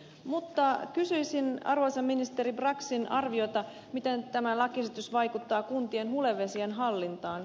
mutta kysyisin arvoisan ministeri braxin arviota miten tämä lakiesitys vaikuttaa kuntien hulevesien hallintaan